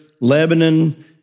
Lebanon